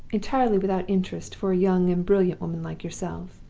entirely without interest for a young and brilliant woman like yourself.